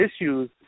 issues